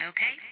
Okay